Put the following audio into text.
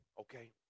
okay